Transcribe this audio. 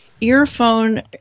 earphone